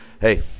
Hey